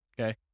okay